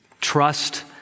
trust